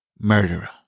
Murderer